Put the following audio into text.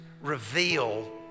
reveal